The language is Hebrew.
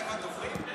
רשימת דוברים?